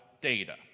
data